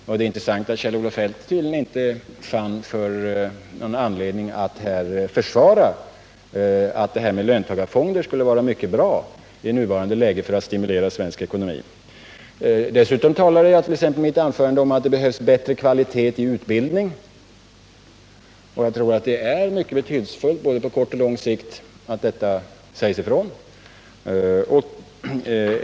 Och det är intressant att Kjell-Olof Feldt tydligen inte fann någon anledning att här försvara påståendet att löntagarfonderna skulle vara mycket bra i nuvarande läge för att stimulera svensk ekonomi. Dessutom talade jag t.ex. i mitt anförande om att det behövs bättre kvalitet iutbildningen. Och jag tror det är mycket betydelsefullt, på både kort och lång sikt, att detta sägs ifrån.